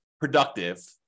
productive